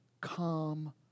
calm